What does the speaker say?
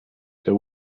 there